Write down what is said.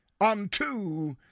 unto